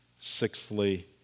sixthly